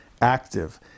active